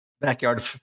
backyard